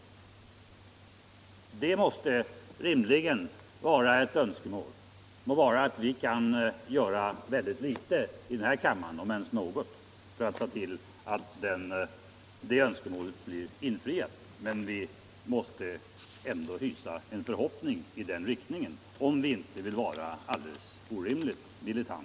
Det kunde vara ett rimligt önskemål. Låt vara att vi här i kammaren kan göra litet om ens något för att bidra till att det önskemålet blir uppfyllt, men vi måste ändå hysa en förhoppning i den riktningen.